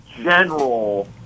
general